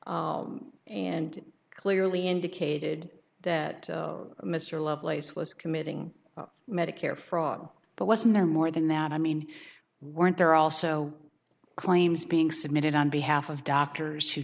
and clearly indicated that mr lovelace was committing medicare fraud but wasn't there more than that i mean weren't there also claims being submitted on behalf of doctors who